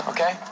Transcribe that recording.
Okay